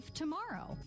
tomorrow